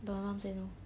my mom say no